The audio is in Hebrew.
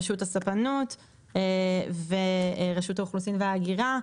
רשות הספנות ורשות האוכלוסין וההגירה.